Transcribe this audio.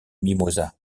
mimosas